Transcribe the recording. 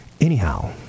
Anyhow